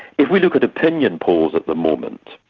if we look at opinion polls at the moment,